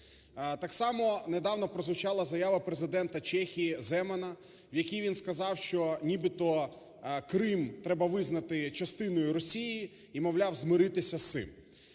Так само недавно прозвучало заява Президента Чехії Земана, в якій він сказав, що нібито Крим треба визнати частиною Росії, і мовляв, змиритися з цим.